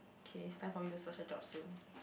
okay it's time for me to search a job soon